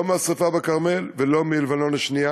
לא מהשרפה בכרמל ולא מלבנון השנייה,